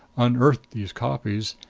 unearthed these copies,